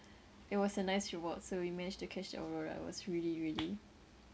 it was a nice reward so we managed to catch the aurora it was really really